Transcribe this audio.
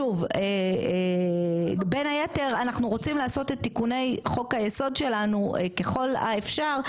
שוב בן היתר אנחנו רוצים לעשות את תיקוני חוק היסוד שלנו ככל האפשר,